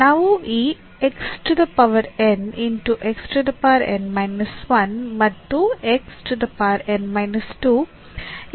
ನಾವು ಈ ಮತ್ತು ಇತ್ಯಾದಿಗಳನ್ನು ಹೊಂದಿದ್ದೇವೆ